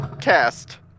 cast